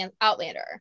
Outlander